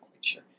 sure